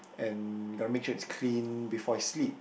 and gotta make sure it's clean before I sleep